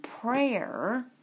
prayer